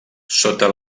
sota